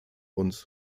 und